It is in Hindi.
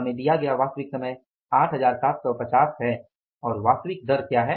हमें दिया गया वास्तविक समय 8750 है और वास्तविक दर क्या है